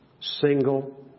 single